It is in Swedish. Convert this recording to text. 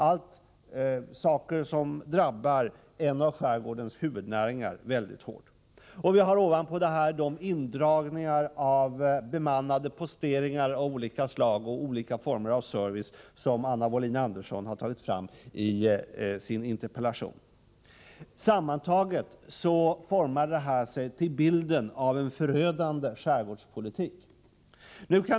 Allt detta drabbar en av skärgårdens viktigaste näringar väldigt hårt. Därtill kommer de indragningar av bemannade posteringar av olika slag och av olika sorters service som Anna Wohlin-Andersson talat om i sin interpellation. Sammantaget får vi en bild av en förödande skärgårdspolitik.